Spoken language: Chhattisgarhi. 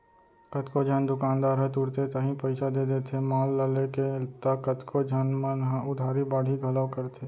कतको झन दुकानदार ह तुरते ताही पइसा दे देथे माल ल लेके त कतको झन मन ह उधारी बाड़ही घलौ करथे